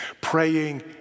praying